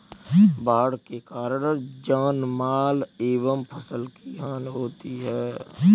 बाढ़ के कारण जानमाल एवं फसल की हानि होती है